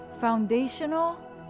foundational